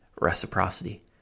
reciprocity